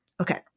Okay